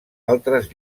altres